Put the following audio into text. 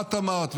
את אמרת,